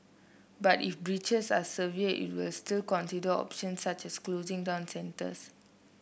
but if breaches are severe it will still consider options such as closing down centres